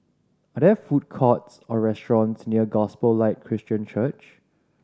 are there food courts or restaurants near Gospel Light Christian Church